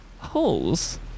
holes